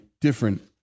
different